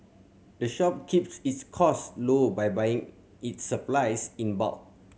the shop keeps its cost low by buying its supplies in bulk